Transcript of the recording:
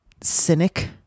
cynic